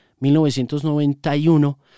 1991